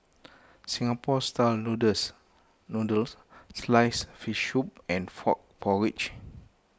Singapore Style Noodles Noodles Sliced Fish Soup and Frog Porridge